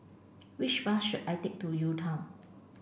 which bus should I take to UTown